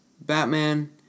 Batman